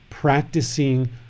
Practicing